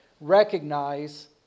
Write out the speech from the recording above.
recognize